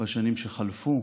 בשנים שחלפו.